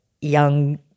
young